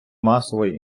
масової